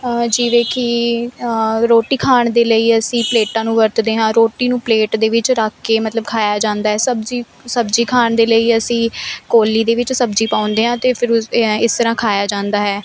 ਜਿਵੇਂ ਕਿ ਰੋਟੀ ਖਾਣ ਦੇ ਲਈ ਅਸੀਂ ਪਲੇਟਾਂ ਨੂੰ ਵਰਤਦੇ ਹਾਂ ਰੋਟੀ ਨੂੰ ਪਲੇਟ ਦੇ ਵਿੱਚ ਰੱਖ ਕੇ ਮਤਲਬ ਖਾਇਆ ਜਾਂਦਾ ਸਬਜੀ ਸਬਜੀ ਖਾਣ ਦੇ ਲਈ ਅਸੀਂ ਕੌਲੀ ਦੇ ਵਿੱਚ ਸਬਜੀ ਪਾਉਂਦੇ ਹਾਂ ਅਤੇ ਫਿਰ ਉਸ ਦੇ ਹੈ ਇਸ ਤਰ੍ਹਾਂ ਖਾਇਆ ਜਾਂਦਾ ਹੈ